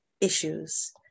issues